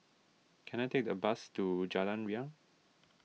can I take a bus to Jalan Riang